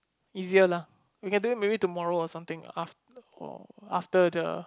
easier lah we can do it maybe tomorrow or something lah or after the